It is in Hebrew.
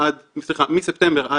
אנחנו ממליצים,